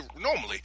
normally